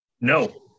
No